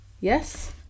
Yes